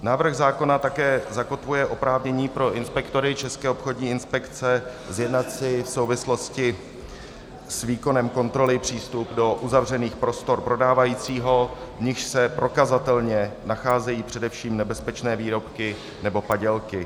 Návrh zákona také zakotvuje oprávnění pro inspektory České obchodní inspekce zjednat si v souvislosti s výkonem kontroly přístup do uzavřených prostor prodávajícího, v nichž se prokazatelně nacházejí především nebezpečné výrobky nebo padělky.